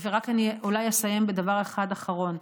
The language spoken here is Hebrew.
ואולי רק אסיים בדבר אחד אחרון.